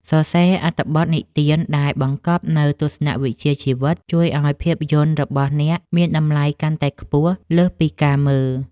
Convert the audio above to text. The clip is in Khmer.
សរសេរអត្ថបទនិទានរឿងដែលបង្កប់នូវទស្សនវិជ្ជាជីវិតជួយឱ្យភាពយន្តរបស់អ្នកមានតម្លៃកាន់តែខ្ពស់លើសពីការមើល។